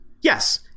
Yes